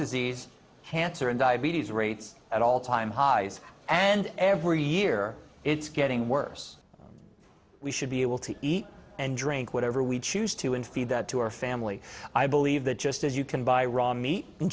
disease cancer and diabetes rates at all time highs and every year it's getting worse we should be able to eat and drink whatever we choose to and feed that to our family i believe that just as you can buy raw meat and